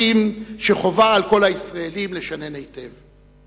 לקחים שחובה על כל הישראלים לשנן היטב.